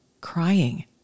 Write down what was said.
crying